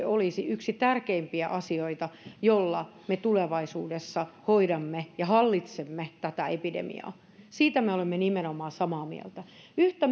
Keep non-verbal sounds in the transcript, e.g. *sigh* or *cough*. *unintelligible* olisi yksi tärkeimpiä asioita jolla me tulevaisuudessa hoidamme ja hallitsemme tätä epidemiaa siitä me olemme nimenomaan samaa mieltä yhtä *unintelligible*